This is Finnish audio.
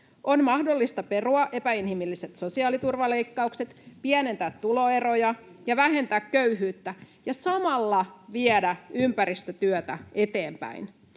On mahdollista perua epäinhimilliset sosiaaliturvaleikkaukset, pienentää tuloeroja ja vähentää köyhyyttä ja samalla viedä ympäristötyötä eteenpäin.